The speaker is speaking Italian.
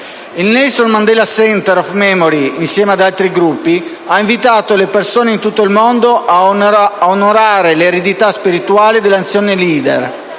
Il «Nelson Mandela *Centre of memory*», insieme ad altri gruppi, ha invitato le persone di tutto il mondo a onorare l'eredità spirituale dell'anziano *leader*